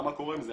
מה קורה עם זה?